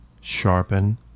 Sharpen